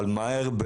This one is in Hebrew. אבל מהר.